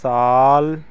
ਸਾਲ